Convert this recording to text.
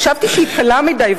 חשבתי שהיא קלה מדי,